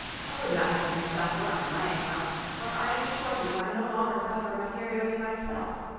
i would not have you suffer on my account for i assure you i no longer suffer materially myself.